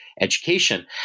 education